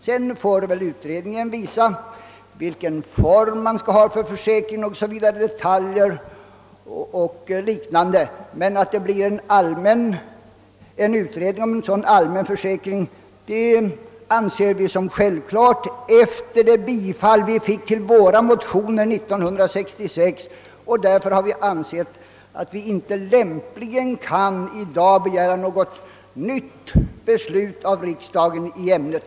Sedan får utredningen i detalj visa vilken form försäkringen skall ha etc. Men att det blir en utredning rörande allmän försäkring betraktar vi som självklart efter det bifall våra motioner vann år 1966, och därför har vi ansett att vi inte lämpligen i dag kan begära något nytt beslut i ärendet.